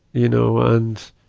you know. and,